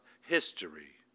history